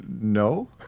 No